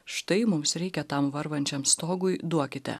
štai mums reikia tam varvančiam stogui duokite